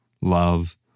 love